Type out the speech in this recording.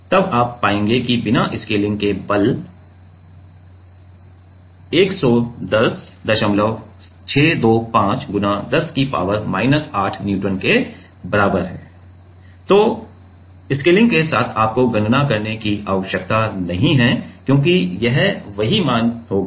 तब आप पाएंगे कि बिना स्केलिंग के वह बल 110625 X 10 की पावर माइनस 8 न्यूटन के बराबर है और स्केलिंग के साथ आपको गणना करने की भी आवश्यकता नहीं है क्योंकि यह वही मान होगा